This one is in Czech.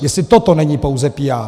Jestli toto není pouze PR.